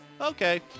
okay